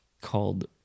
called